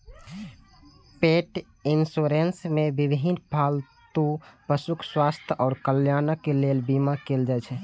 पेट इंश्योरेंस मे विभिन्न पालतू पशुक स्वास्थ्य आ कल्याणक लेल बीमा कैल जाइ छै